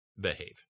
behave